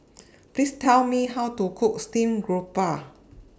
Please Tell Me How to Cook Steamed Grouper